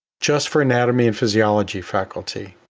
just for anatomy and physiology faculty.